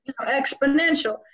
exponential